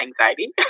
anxiety